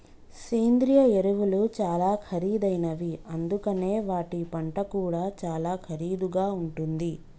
సేంద్రియ ఎరువులు చాలా ఖరీదైనవి అందుకనే వాటి పంట కూడా చాలా ఖరీదుగా ఉంటుంది